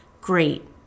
great